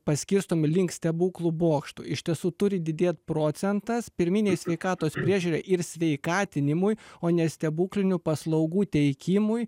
paskirstomi link stebuklų bokštų iš tiesų turi didėt procentas pirminei sveikatos priežiūrai ir sveikatinimui o ne stebuklinių paslaugų teikimui